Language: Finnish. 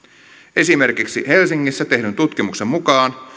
esimerkiksi helsingissä tehdyn tutkimuksen mukaan